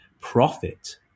profit